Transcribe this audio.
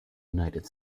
united